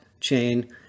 chain